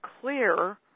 clear